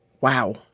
Wow